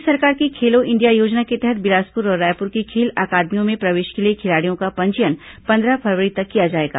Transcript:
केन्द्र सरकार की खेलो इंडिया योजना के तहत बिलासपुर और रायपुर की खेल अकादमियों में प्रवेश के लिए खिलाड़ियों का पंजीयन पंद्रह फरवरी तक किया जाएगा